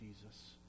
Jesus